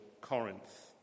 Corinth